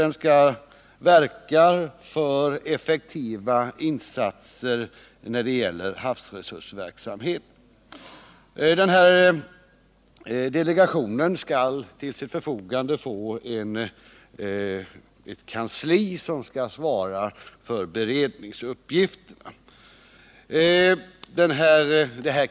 Den skall verka för effektivare insatser när det gäller havsresursverksamhet. Delegationen skall till sitt förfogande få ett kansli, som skall svara för beredningsuppgifterna.